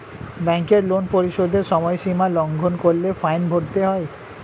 ব্যাংকের লোন পরিশোধের সময়সীমা লঙ্ঘন করলে ফাইন ভরতে হয়